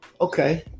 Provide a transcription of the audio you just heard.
Okay